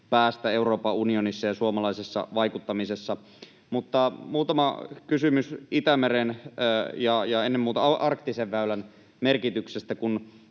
päästä Euroopan unionissa ja suomalaisessa vaikuttamisessa. Mutta muutama kysymys Itämeren ja ennen muuta arktisen väylän merkityksestä: